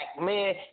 man